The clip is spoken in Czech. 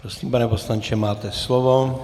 Prosím, pane poslanče, máte slovo.